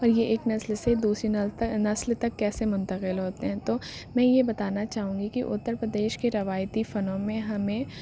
اور یہ ایک نسل سے دوسری نسل تک کیسے منتقل ہوتے ہیں تو میں یہ بتانا چاہوں گی کہ اتر پردیش کے روایتی فنوں میں ہمیں